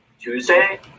Tuesday